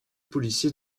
policiers